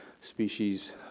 species